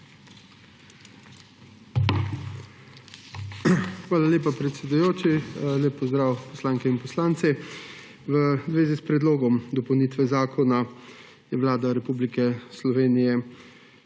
Hvala lepa, predsedujoči. Lep pozdrav, poslanke in poslanci! V zvezi s predlogom dopolnitve zakona je Vlada Republike Slovenije